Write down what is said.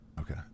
Okay